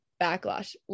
backlash